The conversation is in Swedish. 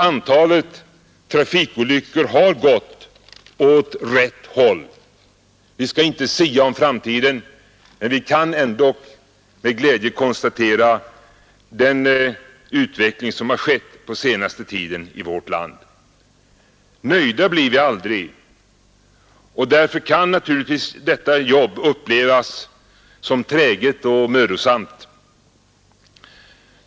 Antalet trafikolyckor har gått ned. Vi skall inte sia om framtiden, men vi kan ändock med glädje konstatera den utveckling som har skett på senaste tid i vårt land. Nöjda blir vi aldrig, och därför kan naturligtvis detta jobb upplevas som träget och mödosamt.